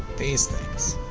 these things.